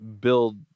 build